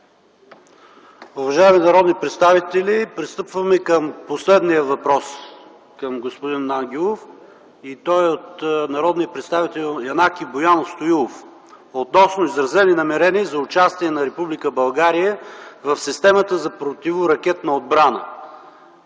Уважаеми народни представители, пристъпваме към последния въпрос към господин Аню Ангелов. Той е от народния представител Янаки Боянов Стоилов относно изразени намерения за участие на Република България в системата за противоракетна отбрана.